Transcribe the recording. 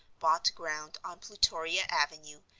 bought ground on plutoria avenue,